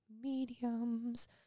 mediums